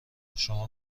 شما